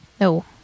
No